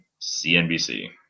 CNBC